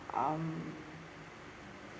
um